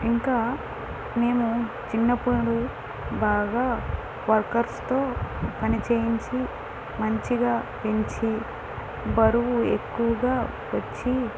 ఇంకా మేము చిన్నప్పుడు బాగా వర్కర్స్తో పనిచేయించి మంచిగా పెంచి బరువు ఎక్కువగా వచ్చి